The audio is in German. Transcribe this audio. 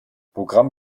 programm